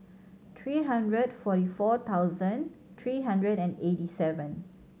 three hundred forty four thousand three hundred and eighty seven